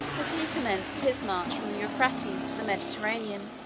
as he commenced his march from the euphrates to the mediterranean.